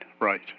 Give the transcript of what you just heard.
right